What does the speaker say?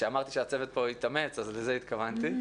כשאמרתי שהצוות פה התאמץ, אז לזה התכוונתי.